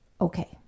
okay